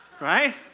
right